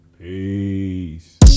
Peace